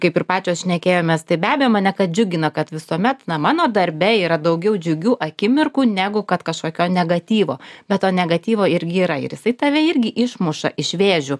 kaip ir pačios šnekėjomės tai be abejo mane džiugina kad visuomet na mano darbe yra daugiau džiugių akimirkų negu kad kažkokio negatyvo bet to negatyvo irgi yra ir jisai tave irgi išmuša iš vėžių